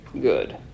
good